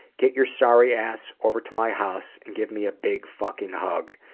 get your sorry ass over to my house and give me a big fucking hug.